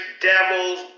devils